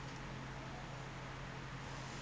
oh very good